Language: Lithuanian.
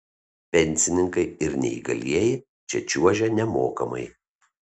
pensininkai ir neįgalieji čia čiuožia nemokamai